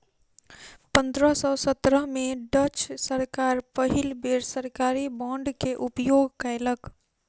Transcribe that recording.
पंद्रह सौ सत्रह में डच सरकार पहिल बेर सरकारी बांड के उपयोग कयलक